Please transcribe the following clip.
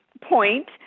point